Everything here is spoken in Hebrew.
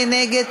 מי נגד?